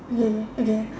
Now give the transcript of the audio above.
okay okay